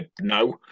no